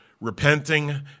repenting